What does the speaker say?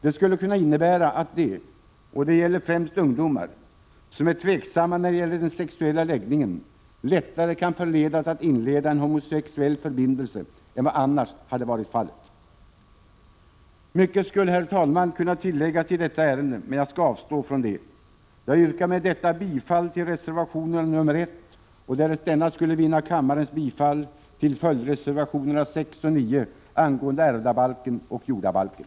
Det skulle kunna innebära att de — det gäller främst ungdomar — som är tveksamma när det gäller den sexuella läggningen lättare kan förledas att inleda en homosexuell förbindelse än vad annars hade varit fallet. Mycket skulle kunna tilläggas i detta ärende, herr talman, men jag skall avstå från det. Jag yrkar med detta bifall till reservation 1 och, därest denna skulle vinna kammarens bifall, till följdreservationerna 6 och 9 angående ärvdabalken och jordabalken.